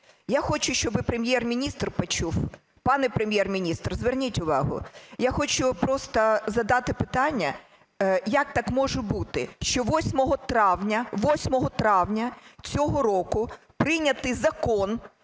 Я хочу, щоби Прем'єр-міністр почув. Пане Прем'єр-міністр, зверніть увагу. Я хочу просто задати питання. Як так може бути, що 8 травня цього року прийнятий закон,